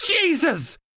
Jesus